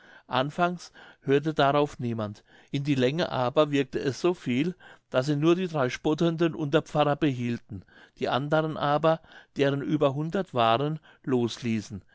anfangs hörte darauf niemand in die länge aber wirkte es so viel daß sie nur die drei spottenden unterpfarrer behielten die andern aber deren über hundert waren los